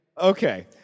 Okay